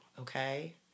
okay